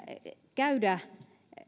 käydä